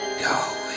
go